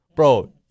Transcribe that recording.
bro